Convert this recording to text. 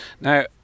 Now